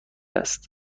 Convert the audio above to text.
است